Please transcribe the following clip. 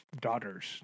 daughters